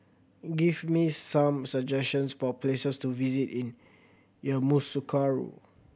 give me some suggestions for places to visit in Yamoussoukro